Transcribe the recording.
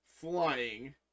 flying